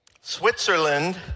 Switzerland